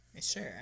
Sure